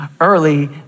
Early